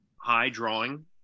high-drawing